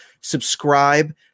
subscribe